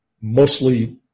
mostly